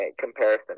comparison